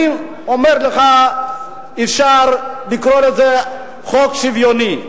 אני אומר לך שאפשר לקרוא לזה חוק שוויוני.